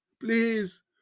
please